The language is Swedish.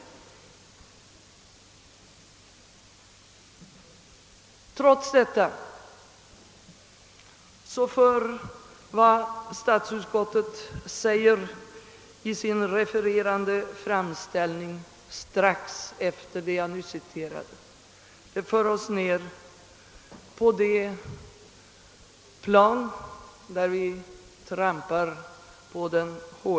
Strax efter detta citat i utlåtandets refererande framställning förs vi emellertid ned på den hårda jord vi trampar.